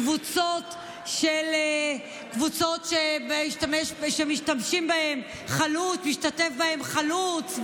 קבוצות שמשתתפים בהם חלוץ,